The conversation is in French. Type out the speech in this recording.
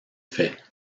faits